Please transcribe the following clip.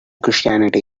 christianity